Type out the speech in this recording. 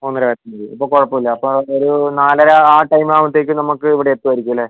മൂന്നര വരെ ഉണ്ട് അപ്പോൾ കുഴപ്പമില്ല അപ്പോൾ ഒരു നാലര ആ ടൈം ആകുമ്പോഴത്തേക്കും നമുക്ക് ഇവിടെ എത്തുമായിരിക്കും അല്ലേ